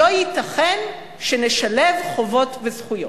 לא ייתכן שנשלב זכויות וחובות.